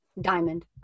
diamond